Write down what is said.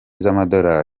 z’amadolari